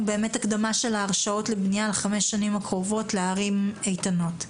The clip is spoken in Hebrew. הקדמה של ההרשאות לבנייה לחמש השנים הקרובות לערים איתנות.